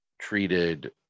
treated